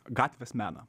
gatvės meną